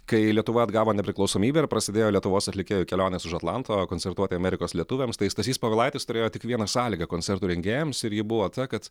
kai lietuva atgavo nepriklausomybę ir prasidėjo lietuvos atlikėjų kelionės už atlanto koncertuoti amerikos lietuviams tai stasys povilaitis turėjo tik vieną sąlygą koncertų rengėjams ir ji buvo ta kad